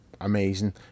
amazing